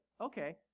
okay